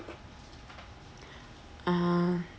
ah